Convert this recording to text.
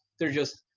they're just